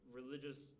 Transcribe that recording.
religious